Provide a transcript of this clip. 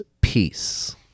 peace